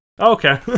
Okay